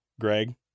Greg